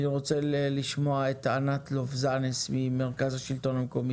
אני רוצה לשמוע את ענת לובזנס מהמרכז לשלטון מקומי.